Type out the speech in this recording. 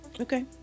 okay